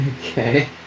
Okay